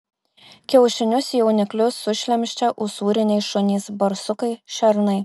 kiaušinius jauniklius sušlemščia usūriniai šunys barsukai šernai